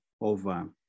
over